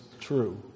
true